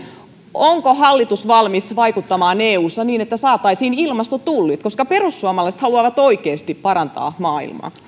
onko hallitus valmis vaikuttamaan eussa niin että saataisiin ilmastotullit koska perussuomalaiset haluavat oikeasti parantaa maailmaa